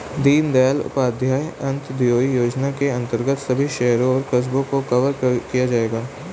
दीनदयाल उपाध्याय अंत्योदय योजना के अंतर्गत सभी शहरों और कस्बों को कवर किया जाएगा